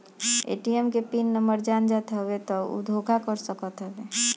ATM के PIN number जान जात हवे तब उ धोखा कर सकत हवे